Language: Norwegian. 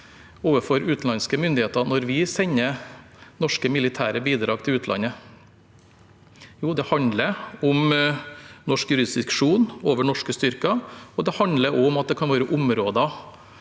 overfor utenlandske myndigheter når vi sender norske militære bidrag til utlandet? Jo, det handler om norsk jurisdiksjon over norske styrker, og det handler om at det kan være områder